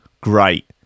Great